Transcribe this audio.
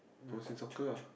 i was in soccer ah